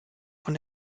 von